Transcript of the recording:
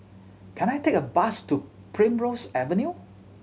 can I take a bus to Primrose Avenue